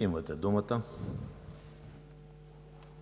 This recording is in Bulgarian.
имате думата.